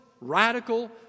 radical